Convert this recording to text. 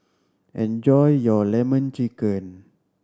enjoy your Lemon Chicken